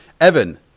Evan